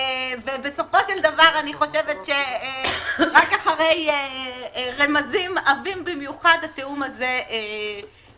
ובסופו של דבר אני חושבת שרק אחרי רמזים עבים במיוחד התיאום הזה נעשה.